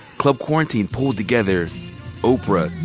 club quarantine pulled together oprah.